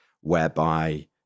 whereby